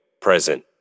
present